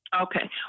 Okay